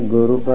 Guru